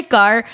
car